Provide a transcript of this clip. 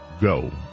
go